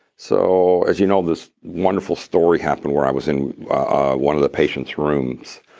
so as you know, this wonderful story happened where i was in ah one of the patients' rooms,